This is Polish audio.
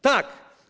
Tak.